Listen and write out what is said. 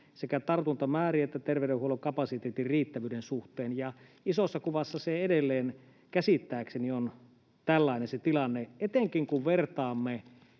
sekä tartuntamäärien että terveydenhuollon kapasiteetin riittävyyden suhteen”, ja isossa kuvassa edelleen käsittääkseni on tällainen se tilanne, etenkin kun vertaamme